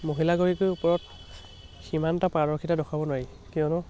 মহিলাগৰাকীৰ ওপৰত সিমান এটা পাৰদৰ্শিতা দেখুৱাব নোৱাৰি কিয়নো